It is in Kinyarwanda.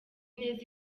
neza